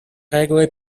regole